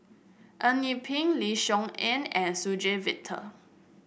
Eng Yee Peng Lim Soo Ngee and Suzann Victor